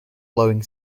blowing